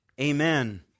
Amen